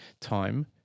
time